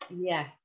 Yes